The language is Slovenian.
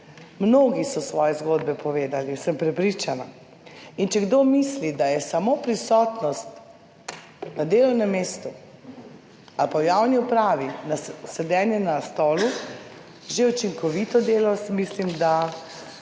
Mnogi so svoje zgodbe povedali, sem prepričana. In če kdo misli, da je samo prisotnost na delovnem mestu ali pa v javni upravi, sedenje na stolu, že učinkovito delo, jaz mislim, da